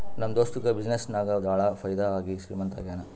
ನಮ್ ದೋಸ್ತುಗ ಬಿಸಿನ್ನೆಸ್ ನಾಗ್ ಭಾಳ ಫೈದಾ ಆಗಿ ಶ್ರೀಮಂತ ಆಗ್ಯಾನ